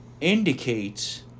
indicates